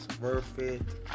Perfect